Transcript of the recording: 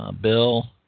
Bill